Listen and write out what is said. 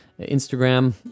Instagram